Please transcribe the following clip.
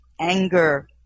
anger